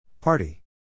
Party